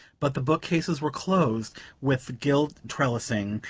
but the bookcases were closed with gilt trellising,